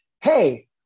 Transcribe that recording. Hey